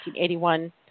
1981